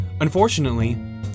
Unfortunately